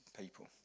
people